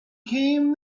came